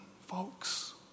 folks